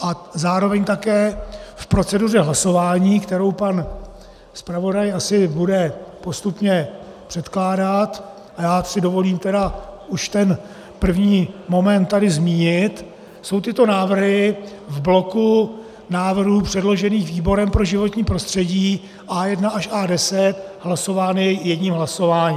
A zároveň také v proceduře hlasování, kterou pan zpravodaj asi bude postupně předkládat, a já si dovolím tedy už ten první moment tady zmínit, jsou tyto návrhy v bloku návrhů předložených výborem pro životní prostředí A1 až A10 hlasovány jedním hlasováním.